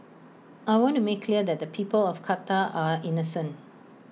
I want to make clear that the people of Qatar are innocent